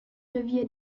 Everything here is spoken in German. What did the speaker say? revier